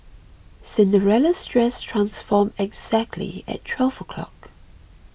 Cinderella's dress transformed exactly at twelve o' clock